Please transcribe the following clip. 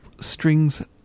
strings